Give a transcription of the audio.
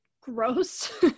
gross